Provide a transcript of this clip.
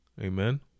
Amen